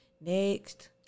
Next